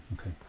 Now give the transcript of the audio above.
okay